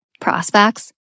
prospects